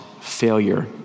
Failure